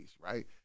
right